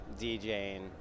DJing